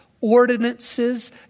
ordinances